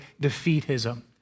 defeatism